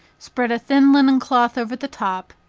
spread a thin linen cloth over the top,